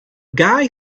guy